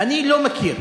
אני לא מכיר